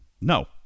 No